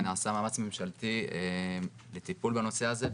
ונעשה מאמץ ממשלתי לטיפול בנושא הזה,